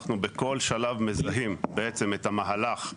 אנחנו בכל שלב מזהים בעצם את המהלך,